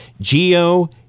Geo